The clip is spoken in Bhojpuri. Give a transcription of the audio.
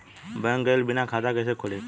बैंक गइले बिना खाता कईसे खुली?